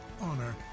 honor